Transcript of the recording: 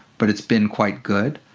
but it's been quite good.